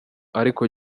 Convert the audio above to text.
ariko